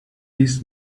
this